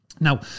Now